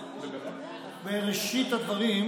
תרד